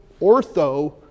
ortho